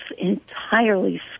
entirely